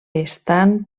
estan